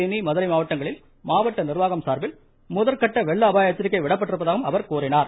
தேனி மதுரை மாவட்டங்களில் மாவட்ட நிர்வாகம் சார்பில் முதற்கட்ட வெள்ள அபாய எச்சரிக்கை விடப்பட்டிருப்பதாகவும் அவர் கூறினார்